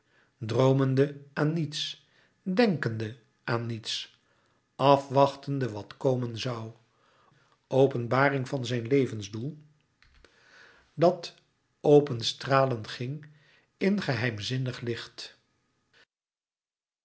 droomende aan niets denkende aan niets afwachtende wat komen zoû openbaring van zijn levensdoel dat openstralen ging in geheimzinnig licht